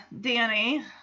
Danny